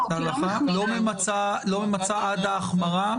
כלומר לא ממצה את העונש עד ההחמרה.